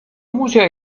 musica